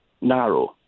narrow